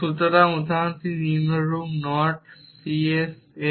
সুতরাং উদাহরণটি নিম্নরূপ নট c's x